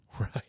Right